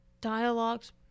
dialogue's